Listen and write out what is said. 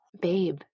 Babe